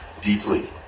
deeply